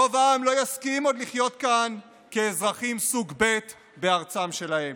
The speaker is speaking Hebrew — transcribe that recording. רוב העם לא יסכים עוד לחיות כאן כאזרחים סוג ב' בארצם שלהם.